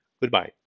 Goodbye